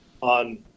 on